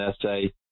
essay